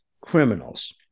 criminals